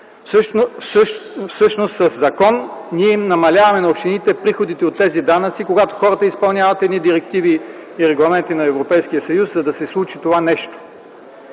Всъщност със закон ние намаляваме приходите на общините от тези данъци, когато хората изпълняват едни директиви и регламенти на Европейския съюз, за да се случи това нещо.